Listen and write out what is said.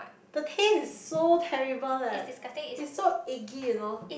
the taste is so terrible leh it's so eggy you know